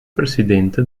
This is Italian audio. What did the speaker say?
presidente